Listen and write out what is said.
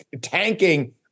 tanking